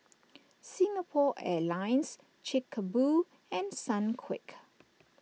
Singapore Airlines Chic Boo and Sunquick